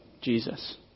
Jesus